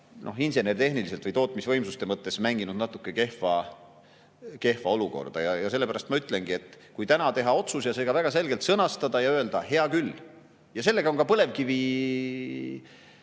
ka insener-tehniliselt või tootmisvõimsuste mõttes mänginud natuke kehva olukorda. Sellepärast ma ütlengi, et kui täna teha otsus, siis tuleks see ka väga selgelt sõnastada ja öelda, et hea küll – sellega on ka põlevkiviga